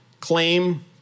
claim